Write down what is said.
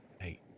Eight